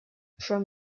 from